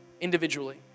individually